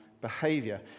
behavior